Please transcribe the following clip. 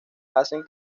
hacen